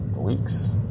weeks